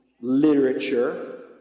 literature